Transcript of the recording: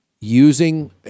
using